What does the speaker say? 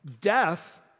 Death